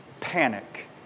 panic